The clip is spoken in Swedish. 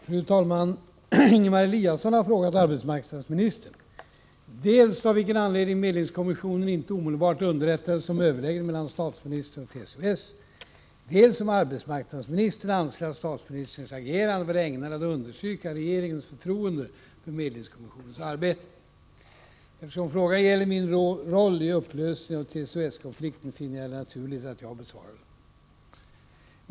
Fru talman! Ingemar Eliasson har frågat arbetsmarknadsministern dels av vilken anledning medlingskommissionen inte omedelbart underrättades om överläggningen mellan statsministern och TCO-S, dels om arbetsmarknadsministern anser att statsministerns agerande var ägnat att understryka regeringens förtroende för medlingskommissionens arbete. Eftersom frågan gäller min roll i upplösningen av TCO-S-konflikten finner jag det naturligt att jag besvarar den.